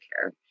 care